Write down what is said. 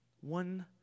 One